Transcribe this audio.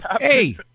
hey